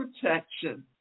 protection